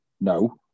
No